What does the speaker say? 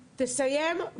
תסיים.